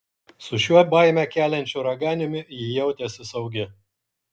su šiuo baimę keliančiu raganiumi ji jautėsi saugi